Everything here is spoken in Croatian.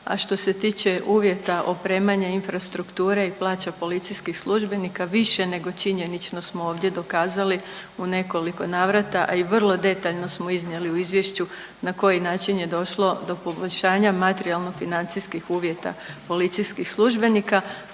a što se tiče uvjeta opremanja infrastrukture i plaća policijskih službenika više nego činjenično smo ovdje dokazali u nekoliko navrata, a i vrlo detaljno smo iznijeli u izvješću na koji način je došlo do poboljšanja materijalno financijskih uvjeta policijskih službenika.